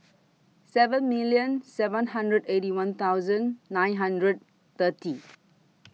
seven million seven hundred Eighty One thousand nine hundred thirty